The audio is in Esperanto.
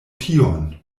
tion